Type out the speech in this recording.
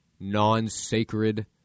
non-sacred